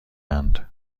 اند